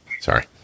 sorry